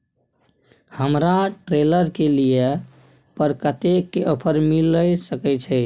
हमरा ट्रेलर के लिए पर कतेक के ऑफर मिलय सके छै?